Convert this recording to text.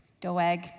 Doeg